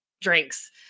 drinks